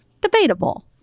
debatable